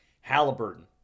Halliburton